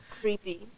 creepy